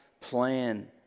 plan